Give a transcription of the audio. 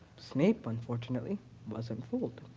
snape unfortunately wasn't fooled.